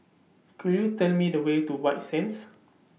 Could YOU Tell Me The Way to White Sands